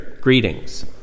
greetings